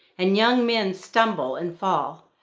and young men stumble and fall,